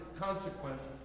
consequence